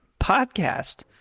Podcast